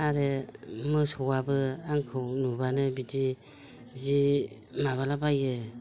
आरो मोसौआबो आंखौ नुब्लानो बिदि जि माबालाबायो